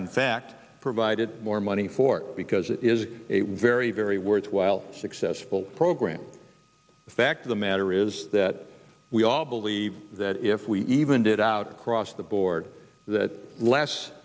in fact provided more money for it because it is a very very worthwhile successful program the fact of the matter is that we all believe that if we even did out across the board that last